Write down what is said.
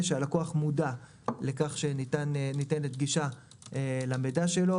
שהלקוח מודע לכך שניתנת גישה למידע שלו,